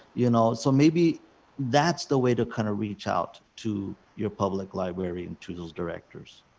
you know? so maybe that's the way to kind of reach out to your public library and to those directors?